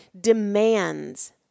demands